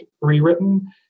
rewritten